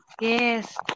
Yes